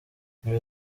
ibi